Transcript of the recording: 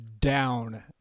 down